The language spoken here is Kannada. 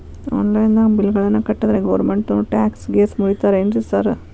ಆನ್ಲೈನ್ ದಾಗ ಬಿಲ್ ಗಳನ್ನಾ ಕಟ್ಟದ್ರೆ ಗೋರ್ಮೆಂಟಿನೋರ್ ಟ್ಯಾಕ್ಸ್ ಗೇಸ್ ಮುರೇತಾರೆನ್ರಿ ಸಾರ್?